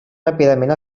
ràpidament